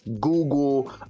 Google